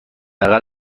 اقل